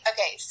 Okay